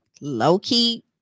Low-key